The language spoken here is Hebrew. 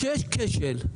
כשיש כשל,